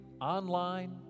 online